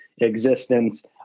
existence